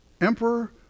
Emperor